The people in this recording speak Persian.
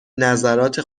نظرات